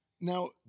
Now